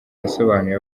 yasobanuye